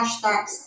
hashtags